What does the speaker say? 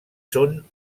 són